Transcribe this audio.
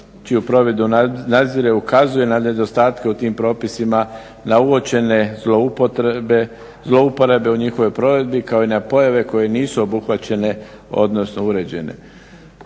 čiju provedbu nadzire ukazuje na nedostatke u tim propisima, na uočene zloupotrabe u njihovoj provedbi kao i na pojave koje nisu obuhvaćene odnosno uređene.